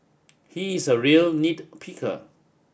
he is a real nit picker